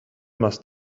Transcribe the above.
must